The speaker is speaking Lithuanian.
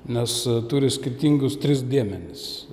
nes turi skirtingus tris dėmenis